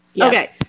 Okay